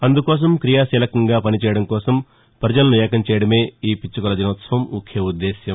అందుకోసం క్రియాశీలకంగా పనిచేయడం కోసం ప్రజలను ఏకం చేయడమే ఈ పిచ్చుకల దినోత్సవ ముఖ్యోద్దేశం